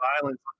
violence